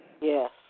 Yes